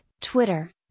Twitter